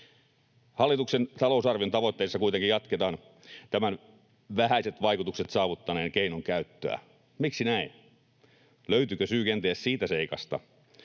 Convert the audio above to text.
Hallituksen talousarvion tavoitteissa kuitenkin jatketaan tämän vähäiset vaikutukset saavuttaneen keinon käyttöä. Miksi näin? Löytyykö syy kenties siitä seikasta,